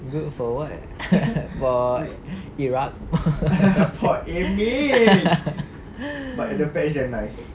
good for what for iraq